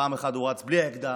פעם אחת הוא רץ בלי האקדח,